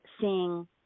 seeing